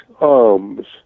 arms